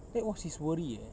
that was his worry eh